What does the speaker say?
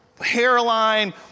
hairline